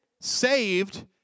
saved